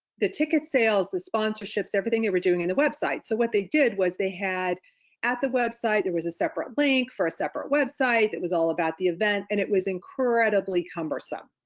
the ticket sales, the sponsorships, everything they were doing in the website. so what they did was they had at the website, there was a separate link for a separate website that was all about the event and it was incredibly cumbersome.